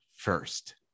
first